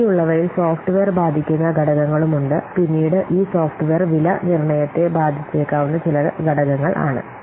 ഈ ഉള്ളവയിൽ സോഫ്റ്റ്വെയർ ബാധിക്കുന്ന ഘടകങ്ങളുമുണ്ട് പിന്നീട് ഈ സോഫ്റ്റ്വെയർ വില നിർണയത്തെ ബാധിച്ചേക്കാവുന്ന ചില ഘടങ്ങൾ ആണ്